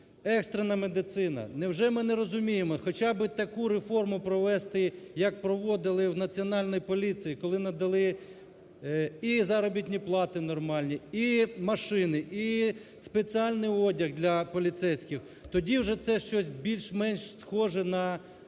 Екстрена медицина. Невже ми не розуміємо, хоча б таку реформу провести, як проводили в Національній поліції, коли надали і заробітні плати нормальні, і машини, і спеціальний одяг для поліцейських, тоді вже це щось більш-менш схоже на